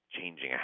changing